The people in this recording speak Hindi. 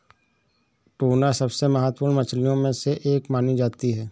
टूना सबसे महत्त्वपूर्ण मछलियों में से एक मानी जाती है